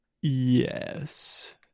yes